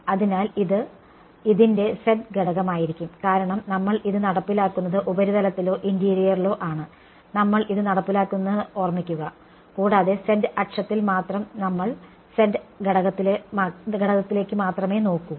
അതിനാൽ ഇത് ഇതിന്റെ z ഘടകമായിരിക്കും കാരണം നമ്മൾ ഇത് നടപ്പിലാക്കുന്നത് ഉപരിതലത്തിലോ ഇന്റീരിയറിലോ ആണ് നമ്മൾ ഇത് നടപ്പിലാക്കുന്നതെന്ന് ഓർമ്മിക്കുക കൂടാതെ z അക്ഷത്തിൽ മാത്രം നമ്മൾ z ഘടകത്തിലേക്ക് മാത്രമേ നോക്കൂ